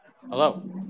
Hello